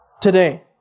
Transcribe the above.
today